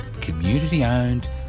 community-owned